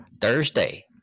Thursday